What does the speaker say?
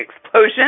explosion